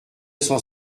cent